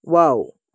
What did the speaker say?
wow